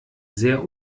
sehr